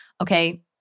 okay